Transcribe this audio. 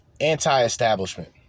Anti-establishment